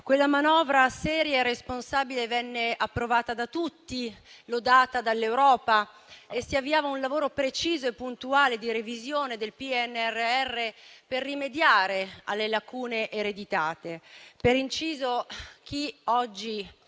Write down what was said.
Quella manovra, seria e responsabile, venne approvata da tutti, lodata dall'Europa, avviando un lavoro preciso e puntuale di revisione del PNRR per rimediare alle lacune ereditate. Per inciso, chi oggi